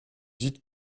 dites